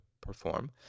perform